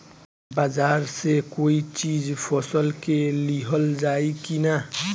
बाजार से कोई चीज फसल के लिहल जाई किना?